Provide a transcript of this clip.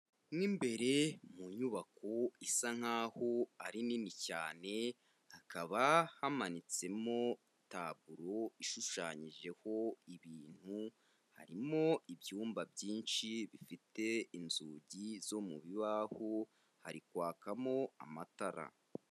Mu imbere mu nyubako isa nkaho ari nini cyane hakaba hamanitsemo taburo ishushanyijeho ibintu, harimo ibyumba byinshi bifite inzugi zo mu bibaho, hari kwakamo amatara.